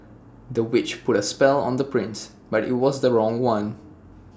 the witch put A spell on the prince but IT was the wrong one